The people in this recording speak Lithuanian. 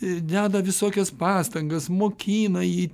ir deda visokias pastangas mokina jį